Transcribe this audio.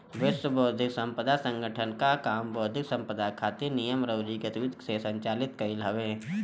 विश्व बौद्धिक संपदा संगठन कअ काम बौद्धिक संपदा खातिर नियम अउरी गतिविधि के संचालित कईल हवे